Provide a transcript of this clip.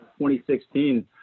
2016